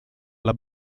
alla